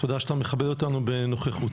תודה שאתה מכבד אותנו בנוכחותך.